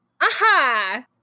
Aha